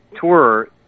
tour